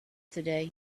today